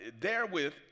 therewith